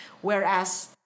whereas